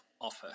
offer